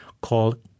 called